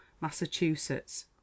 Massachusetts